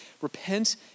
repent